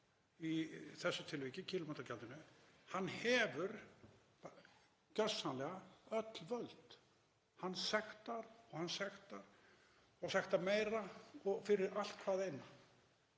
í þessu tilviki kílómetragjaldið. Hann hefur gjörsamlega öll völd. Hann sektar og hann sektar og sektar meira fyrir allt hvað eina.